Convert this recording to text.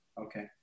Okay